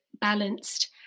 balanced